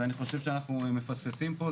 ואני חושב שאנחנו מפספסים פה.